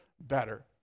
better